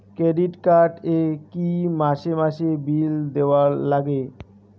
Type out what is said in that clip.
Credit card এ কি মাসে মাসে বিল দেওয়ার লাগে?